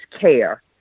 care